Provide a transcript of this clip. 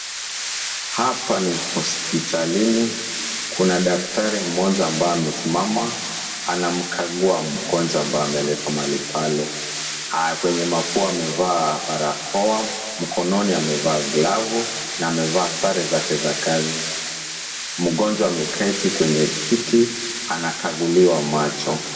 Hapa ni hospitalini, kuna daktari mmoja ambaye amesimama anamkagua mgonjwa ambaye ameletwa mahali pale, kwenye mapua amevaa barakoa, mkononi amevaa glavu na amevaa sare zake za kazi, mgonjwa ameketi kwenye kiti anakaguliwa macho.